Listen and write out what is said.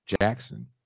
Jackson